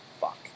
fuck